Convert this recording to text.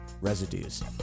Residues